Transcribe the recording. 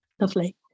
Lovely